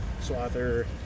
swather